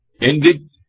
ended